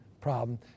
problem